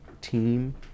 team